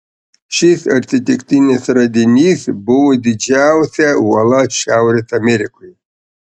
šis atsitiktinis radinys buvo didžiausia uola šiaurės amerikoje